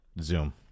Zoom